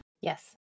Yes